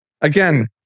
again